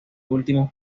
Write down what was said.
últimos